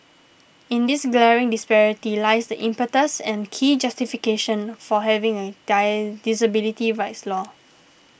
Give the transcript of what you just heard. in this glaring disparity lies the impetus and key justification for having a die disability rights law